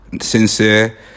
Sincere